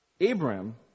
Abraham